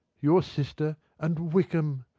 your sister and wickham!